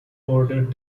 boarded